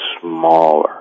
smaller